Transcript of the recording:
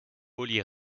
olli